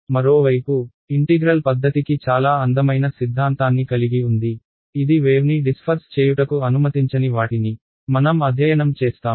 మరోవైపు ఇంటిగ్రల్ పద్ధతికి చాలా అందమైన సిద్ధాంతాన్ని కలిగి ఉంది ఇది వేవ్ని డిస్ఫర్స్ చేయుటకు అనుమతించని వాటిని మనం అధ్యయనం చేస్తాము